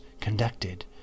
conducted